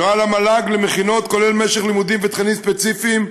נוהל המל"ג למכינות כולל משך לימודים ותכנים ספציפיים,